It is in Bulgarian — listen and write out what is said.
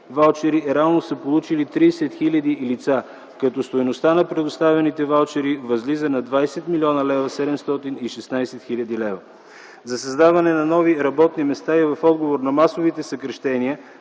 ваучери реално са получили 30 000 лица, като стойността на предоставените ваучери възлиза на 20 млн. 716 хил. лв. За създаване на нови работни места и в отговор на масовите съкращения,